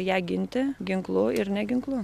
ją ginti ginklu ir ne ginklu